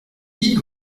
dit